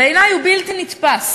בעיני הוא בלתי נתפס.